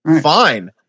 Fine